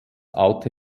alte